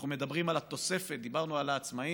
אנחנו מדברים על התוספת, דיברנו על העצמאים.